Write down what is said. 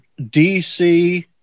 DC